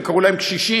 הם קראו להם קשישים,